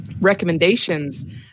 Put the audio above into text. Recommendations